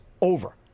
over